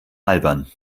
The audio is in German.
albern